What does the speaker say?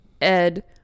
Ed